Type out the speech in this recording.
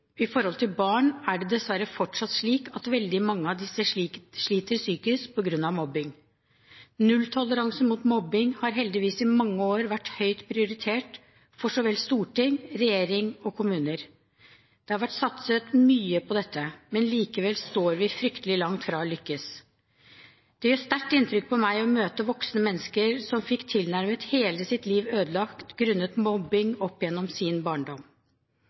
barn, er det dessverre fortsatt slik at veldig mange av disse sliter psykisk på grunn av mobbing. Nulltoleranse mot mobbing har heldigvis i mange år vært høyt prioritert for både storting, regjering og kommuner. Det har vært satset mye på dette, men likevel står vi fryktelig langt fra å lykkes. Det gjør sterkt inntrykk på meg å møte voksne mennesker som fikk tilnærmet hele sitt liv ødelagt på grunn av mobbing opp gjennom sin barndom.